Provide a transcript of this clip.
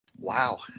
Wow